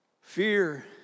Fear